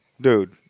Dude